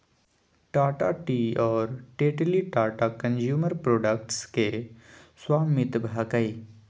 Tata tea और Tetley Tata consumer products के स्वामित्व हकय